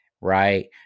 right